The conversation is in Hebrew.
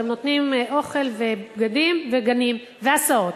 אתם נותנים אוכל ובגדים וגנים והסעות.